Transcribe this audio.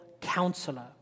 counselor